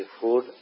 food